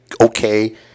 okay